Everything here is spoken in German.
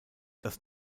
das